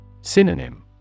Synonym